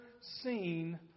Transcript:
seen